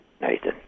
Nathan